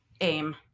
aim